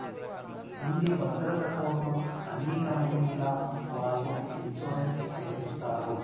ఇంటి భద్రతకోసం అన్ని కంపెనీల వాళ్ళు ఇన్సూరెన్స్ చేపిస్తారు